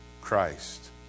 Christ